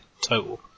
total